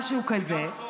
משהו כזה.